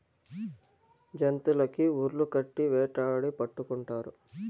జంతులకి ఉర్లు కట్టి వేటాడి పట్టుకుంటారు